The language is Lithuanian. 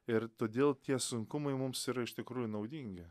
ir todėl tie sunkumai mums yra iš tikrųjų naudingi